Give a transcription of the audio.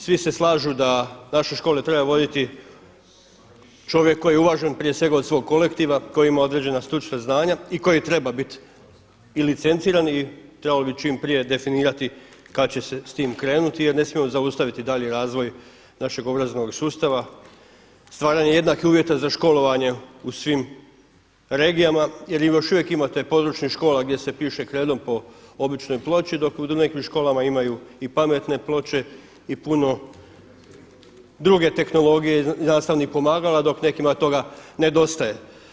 Svi se slažu da naše škole treba voditi čovjek koji je uvažen prije svega od svojeg kolektiva, koji ima određena stručna znanja i koji treba biti i licenciran i trebalo bi čim prije definirati kad će se s tim krenuti jer ne smijemo zaustaviti daljnji razvoj našeg obrazovnog sustava, stvaranje jednakih uvjeta za školovanje u svim regijama jer još uvijek imate područnih škola gdje se piše kredom po običnoj ploči dok u nekim školama imaju i pametne ploče i puno druge tehnologije i nastavnih pomagala, dok nekima toga nedostaje.